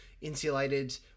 insulated